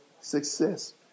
success